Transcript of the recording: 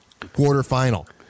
quarterfinal